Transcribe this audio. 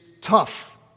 tough